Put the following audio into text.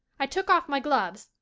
i took off my gloves,